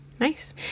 Nice